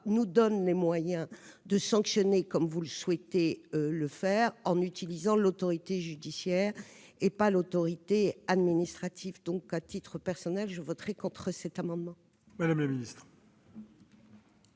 nous donne donc les moyens de sanctionner, comme vous souhaitez le faire, en utilisant l'autorité judiciaire et non l'autorité administrative. À titre personnel, je voterai donc contre cet amendement. La parole est